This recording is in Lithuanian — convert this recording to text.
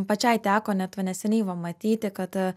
pačiai teko net va neseniai va matyti kad